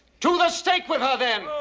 to the stake with her, then!